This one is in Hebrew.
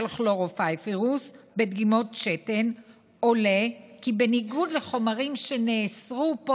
כלורופיריפוס בדגימות שתן עולה כי בניגוד לחומרים שנאסרו פה,